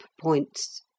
points